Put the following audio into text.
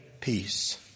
peace